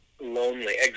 lonely